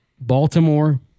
Baltimore